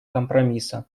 компромисса